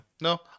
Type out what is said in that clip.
No